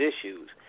issues